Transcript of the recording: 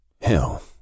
Hell